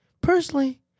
personally